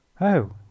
Oh